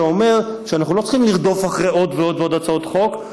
שאומר שאנחנו לא צריכים לרדוף אחרי עוד ועוד הצעות חוק.